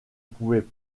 pouvait